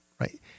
right